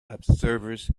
observers